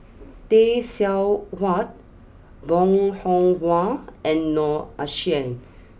Tay Seow Huah Bong Hiong Hwa and Noor Aishah